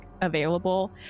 available